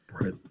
Right